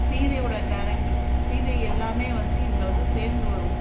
சீதையோடய character Sita எல்லாமே வந்து இதில் வந்து சேர்ந்து வரும்